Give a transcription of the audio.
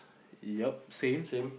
ya same